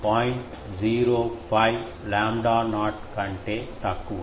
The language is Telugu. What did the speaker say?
05 లాంబ్డా నాట్ కంటే తక్కువ